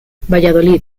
valladolid